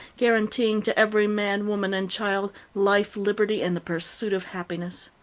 guaranteeing to every man, woman, and child life, liberty, and the pursuit of happiness.